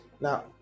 Now